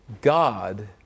God